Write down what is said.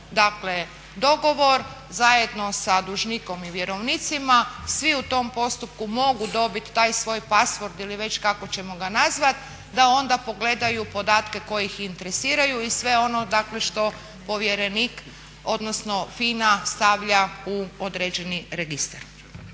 dakle dogovor zajedno sa dužnikom i vjerovnicima, svi u tom postupku mogu dobiti taj svoj password ili kako ćemo ga nazvati da onda pogledaju podatke koji ih interesiraju i sve ono dakle što povjerenik odnosno FINA stavlja u određeni registar.